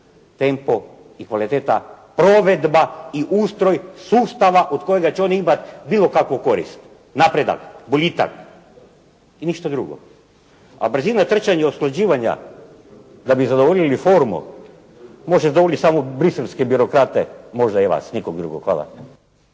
Tempo i kvaliteta, provedba i ustroj sustava od kojega će oni imati bilo kakvu korist, napredak, boljitak i ništa drugo. A brzina trčanja i usklađivanja da bi zadovoljili formu može zadovoljiti samo bruxellske birokrate. Možda i vas. Nikog drugog.